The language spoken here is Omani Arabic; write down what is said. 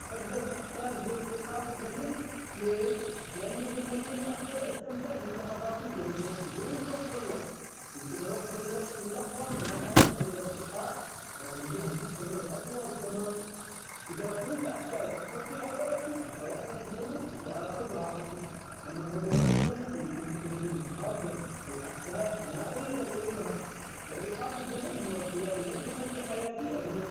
احب أز- أختار زر إيقاف الزمن ليش؟ لأنه بيخليني أقدر أستمتع باللحظات الجميلة بدون ضغط الوقت، ممكن أوقف الوقت في لحظة مع الأهل أو الأصدقاء وأخليها تستمر أطول كمان، إذا كنت أحتاج أفكر أو أركز أوقف الزمن وأخذ راحتي، أما الرجوع بالزمن يمكن تكون فيه مخاطر أو أحداث ما أريد أغيرها، فإيقاف الزمن هو الخيار اللي بيخلي حياتي أجمل.